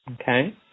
Okay